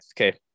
okay